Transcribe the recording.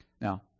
Now